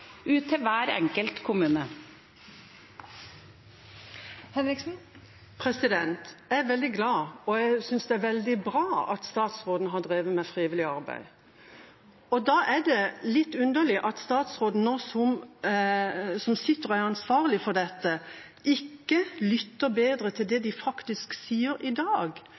til hver enkelt kommune. Kari Henriksen – til oppfølgingsspørsmål. Jeg er veldig glad for, og jeg synes det er veldig bra at statsråden har drevet med frivillig arbeid. Da er det litt underlig at statsråden, som er ansvarlig for dette, ikke lytter bedre til det frivilligheten faktisk sier i dag: